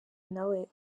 nawe